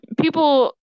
people